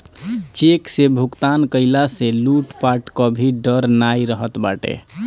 check से भुगतान कईला से लूटपाट कअ भी डर नाइ रहत बाटे